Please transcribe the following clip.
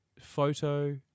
photo